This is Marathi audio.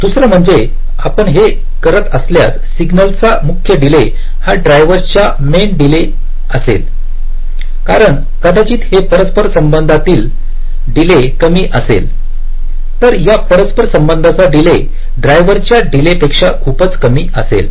दुसरं म्हणजे आपण हे करत असल्यास सिग्नल चा मुख्य डीले हा ड्राइव्हर्र्स चा मेन डीले असेलकारण कदाचित हे परस्परसंबंधातील डीले कमी असेल तर या परस्पर संबंधाचा डीले ड्रायव्हरच्या डीले पेक्षा खूपच कमी असेल